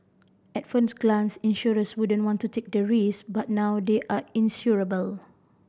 at first glance insurers wouldn't want to take the risk but now they are insurable